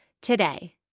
today